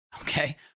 okay